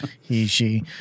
he/she